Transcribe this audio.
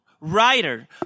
writer